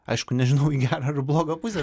aišku nežinau į gerą ar į blogą pusę